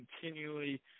continually